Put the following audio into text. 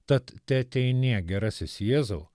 tad teateinie gerasis jėzau